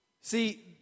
See